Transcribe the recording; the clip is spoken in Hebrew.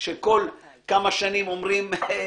בוודאי נשמרת זכותם וסמכותם,